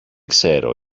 ξέρω